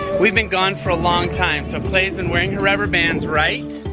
we've been gone for a long time so klai's been wearing her rubberbands, right?